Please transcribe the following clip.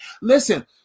Listen